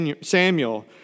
Samuel